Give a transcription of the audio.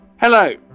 Hello